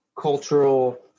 Cultural